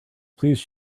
please